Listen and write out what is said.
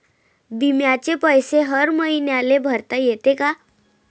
बिम्याचे पैसे हर मईन्याले भरता येते का?